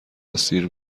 اسیر